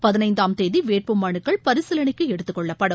பதினைந்தாம் தேதி வேட்புமனுக்கள் பரிசீலனைக்கு எடுத்துககொள்ளப்படும்